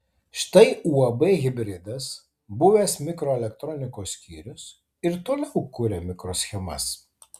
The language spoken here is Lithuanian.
štai uab hibridas buvęs mikroelektronikos skyrius ir toliau kuria mikroschemas